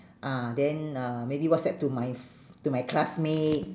ah then uh maybe whatsapp to my f~ to my classmate